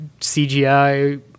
CGI